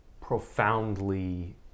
profoundly